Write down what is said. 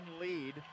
lead